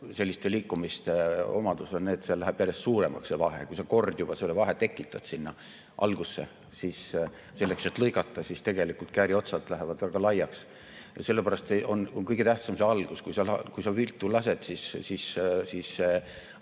selliste liikumiste omadus on see, et see vahe läheb järjest suuremaks. Kui sa kord juba selle vahe tekitad sinna algusesse, siis selleks, et lõigata, kääri otsad lähevad väga laiaks. Ja sellepärast on kõige tähtsam algus. Kui sa viltu lased, siis